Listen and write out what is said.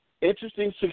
Interesting